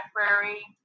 Library